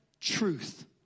truth